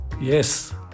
Yes